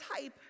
type